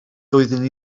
doeddwn